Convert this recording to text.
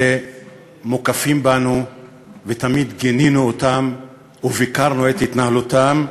שמקיפים אותנו ותמיד גינינו אותם וביקרנו את התנהלותם,